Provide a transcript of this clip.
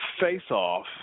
face-off